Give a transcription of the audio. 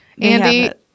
Andy